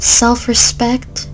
self-respect